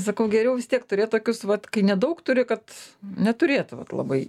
sakau geriau vis tiek turėt tokius vat kai nedaug turi kad neturėtų vat labai